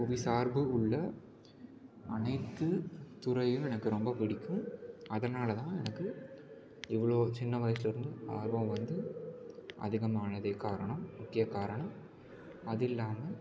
புவிசார்பு உள்ள அனைத்து துறையும் எனக்கு ரொம்ப பிடிக்கும் அதனால் தான் எனக்கு இவ்வளோ சின்ன வயசில் இருந்து ஆர்வம் வந்து அதிகமானதே காரணம் முக்கிய காரணம் அது இல்லாமல்